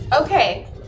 Okay